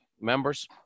members